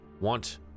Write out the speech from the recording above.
want